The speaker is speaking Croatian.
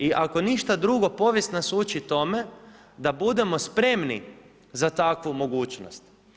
I ako ništa drugo povijest nas uči tome da budemo spremni za takvu mogućnost.